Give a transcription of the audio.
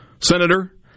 senator